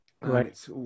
Right